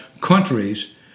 countries